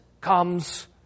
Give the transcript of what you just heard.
comes